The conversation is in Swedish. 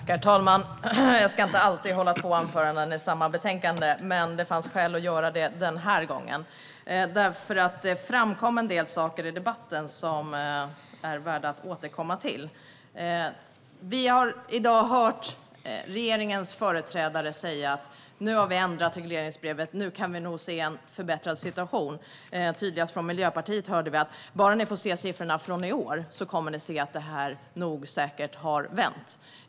Herr talman! Jag ska inte alltid hålla två anföranden om ett och samma betänkande, men det fanns skäl att göra det den här gången. Det framkom nämligen en del saker i debatten som är värda att återkomma till. Vi har i dag hört regeringens företrädare säga: Nu har vi ändrat regleringsbrevet. Nu kan vi nog se en förbättrad situation. Tydligast från Miljöpartiet hörde vi: Bara ni får se siffrorna från i år kommer ni att se att det här nog har vänt.